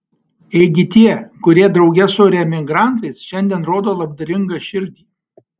ėgi tie kurie drauge su reemigrantais šiandien rodo labdaringą širdį